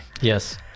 yes